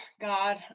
god